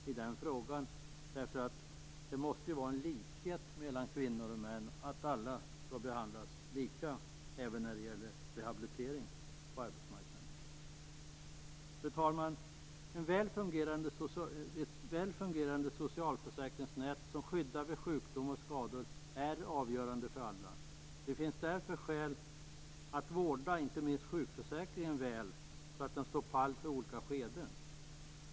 Vi anser nämligen att det måste vara en likhet mellan kvinnor och män och att alla skall behandlas lika, även när det gäller rehabilitering på arbetsmarknaden. Fru talman! Ett väl fungerande socialförsäkringsnät som skyddar vid sjukdom och skador är avgörande för alla. Det finns därför skäl att vårda sjukförsäkringen väl så att den står pall i olika skeden.